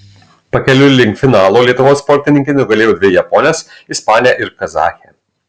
pakeliui link finalo lietuvos sportininkė nugalėjo dvi japones ispanę ir kazachę